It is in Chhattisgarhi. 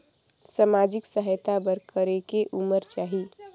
समाजिक सहायता बर करेके उमर चाही?